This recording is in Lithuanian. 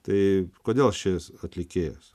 tai kodėl šis atlikėjas